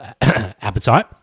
appetite